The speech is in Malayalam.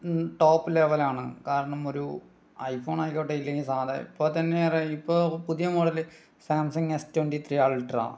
മ് ടോപ് ലെവലാണ് കാരണം ഒരു ഐഫോണായിക്കോട്ടെ ഇല്ലെങ്കിൽ സാധാ ഇപ്പോൾ തന്നെ വേറെ ഇപ്പോൾ പുതിയ model Samsung S twenty three ultra